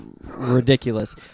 Ridiculous